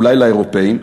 אולי לאירופים,